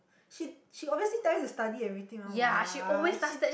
she she obviously tell you to study everything one what